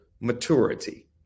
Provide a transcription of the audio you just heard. maturity